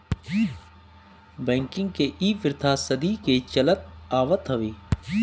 banking के इ प्रथा सदी के चलत आवत हवे